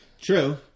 True